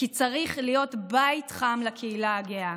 כי צריך להיות בית חם לקהילה הגאה.